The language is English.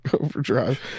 overdrive